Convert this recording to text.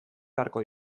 beharko